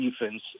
defense